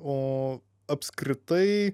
o apskritai